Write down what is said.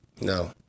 No